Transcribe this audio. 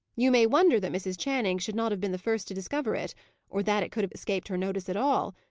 you may wonder that mrs. channing should not have been the first to discover it or that it could have escaped her notice at all,